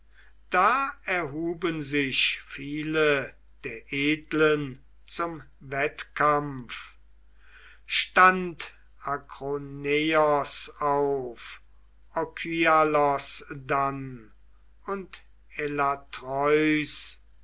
da erhuben sich viele der edlen zum wettkampf stand akroneos auf okyalos dann und elatreus